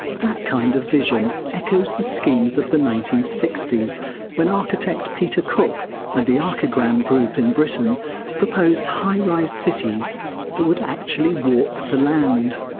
that kind of vision echoes the schemes of the nineteen sixty s when architect peter cook and the archigram group in britain proposed high-rise cities that would actually walk the land.